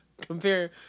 compare